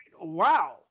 Wow